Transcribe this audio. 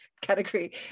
category